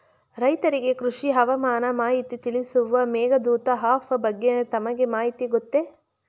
ರೈತರಿಗೆ ಕೃಷಿ ಹವಾಮಾನ ಮಾಹಿತಿ ತಿಳಿಸುವ ಮೇಘದೂತ ಆಪ್ ಬಗ್ಗೆ ತಮಗೆ ಮಾಹಿತಿ ಗೊತ್ತೇ?